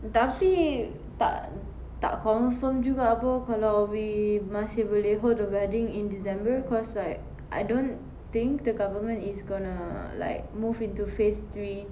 tapi tak tak confirmed juga apa kalau we masih hold the wedding in december cause like I don't think the government is gonna like move into phase three